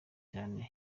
cyane